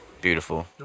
Beautiful